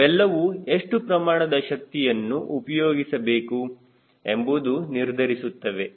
ಇವೆಲ್ಲವೂ ಎಷ್ಟು ಪ್ರಮಾಣದ ಶಕ್ತಿಯನ್ನು ಉಪಯೋಗಿಸಬೇಕು ಎಂಬುದು ನಿರ್ಧರಿಸುತ್ತವೆ